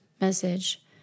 message